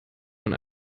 man